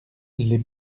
les